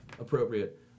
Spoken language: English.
appropriate